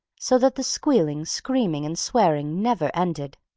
so that the squealing, screaming, and swearing never ended.